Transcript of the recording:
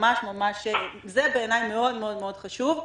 זה בעיניי מאוד-מאוד חשוב.